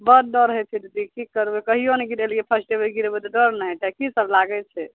बड डर होइ छै दीदी कि करबै कहियो नहि गिरेलियै फर्स्टे बेर गिरबै तऽ डर नहि हेतै कि सब लागै छै